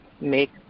make